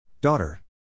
Daughter